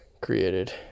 created